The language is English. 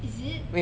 is it